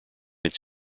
its